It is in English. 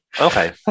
Okay